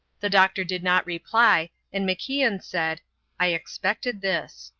the doctor did not reply, and macian said i expected this.